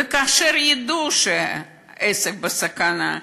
וכאשר הם ידעו שהעסק בסכנה,